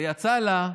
ויצא לה,